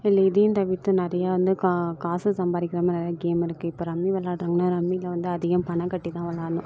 இதில் இதையும் தவிர்த்து நிறையா வந்து கா காசு சம்பாரிக்கிற மாதிரி நிறைய கேம் இருக்குது இப்போ ரம்மி விளையாடுறாங்கனா ரம்மியில் வந்து அதிகம் பணம் கட்டி தான் விளையாடணும்